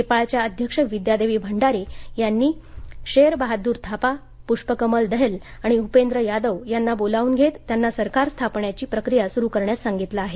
नेपाळच्या अध्यक्ष विद्यादेवी भंडारी यांनी शेर बहादूर थापा पुष्पकमल दहल आणि उपेंद्र यादव यांना बोलावून घेत त्यांना सरकार स्थापण्याची प्रक्रिया सुरू करण्यास सांगितलं आहे